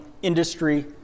industry